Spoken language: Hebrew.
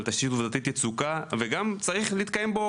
על תשתית עובדתית יצוקה וגם צריך להתקיים בו